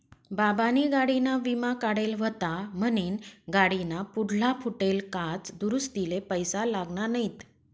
बाबानी गाडीना विमा काढेल व्हता म्हनीन गाडीना पुढला फुटेल काच दुरुस्तीले पैसा लागना नैत